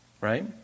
right